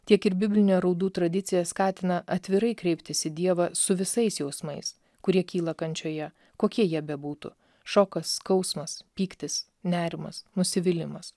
tiek ir biblinė raudų tradicija skatina atvirai kreiptis į dievą su visais jausmais kurie kyla kančioje kokie jie bebūtų šokas skausmas pyktis nerimas nusivylimas